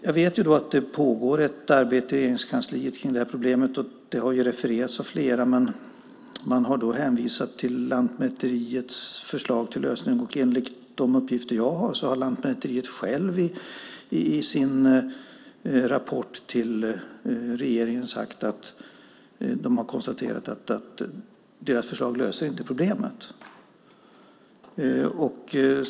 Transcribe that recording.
Jag vet att ett arbete pågår i Regeringskansliet när det gäller det här problemet. Det har refererats av flera, men man har då hänvisat till Lantmäteriets förslag till lösning. Men Lantmäteriet självt konstaterar, enligt de uppgifter jag har, i sin rapport till regeringen att dess förslag inte löser problemet.